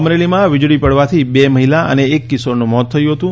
અમરેલીમાં વીજળી પડવાતી બે મહિલા અને એક કિશોરનું મોત થયું હતું